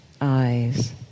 eyes